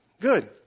Good